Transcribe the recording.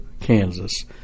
Kansas